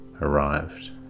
arrived